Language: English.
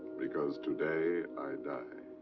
because today i die.